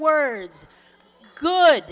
words good